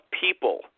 people